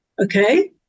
okay